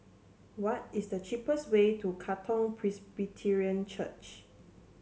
what is the cheapest way to Katong Presbyterian Church